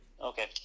Okay